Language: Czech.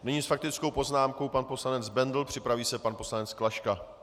Nyní s faktickou poznámkou pan poslanec Bendl, připraví se pan poslanec Klaška.